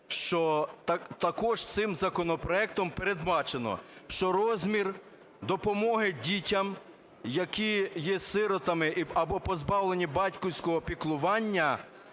що також цим законопроектом передбачено, що розмір допомоги дітям, які є сиротами або позбавлені батьківського піклування,